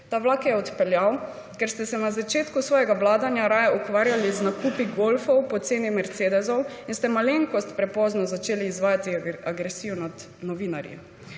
Ta vlak je odpeljal, ker ste se na začetku svojega vladanja raje ukvarjali z nakupi golfov po ceni mercedesov in ste malenkost prepozno začeli izvajati agresijo nad novinarji.